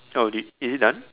oh did is it done